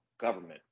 government